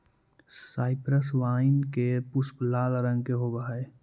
cypress vine के पुष्प लाल रंग के होवअ हई